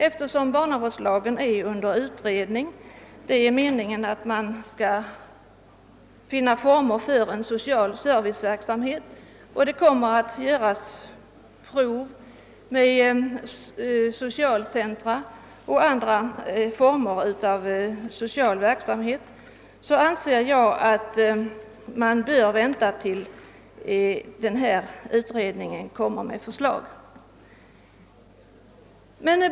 Eftersom barnavårdslagen är under utredning — det är meningen att man skall finna former för en social serviceverksamhet och det kommer att göras prov med socialcentra och andra former av social verksamhet — anser jag att man bör vänta tills utredningen resulterar i ett förslag.